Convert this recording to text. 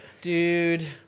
Dude